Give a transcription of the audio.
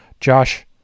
Josh